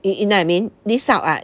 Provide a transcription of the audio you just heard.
you you know what I mean lease out ah